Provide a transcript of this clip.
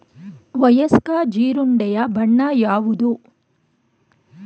ವಯಸ್ಕ ಜೀರುಂಡೆಯ ಬಣ್ಣ ಯಾವುದು?